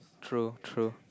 true true